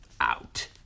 out